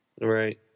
Right